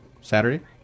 Saturday